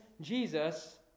Jesus